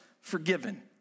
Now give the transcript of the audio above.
forgiven